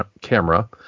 camera